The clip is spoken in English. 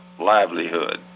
livelihood